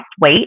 weight